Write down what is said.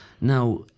Now